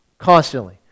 Constantly